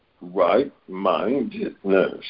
right-mindedness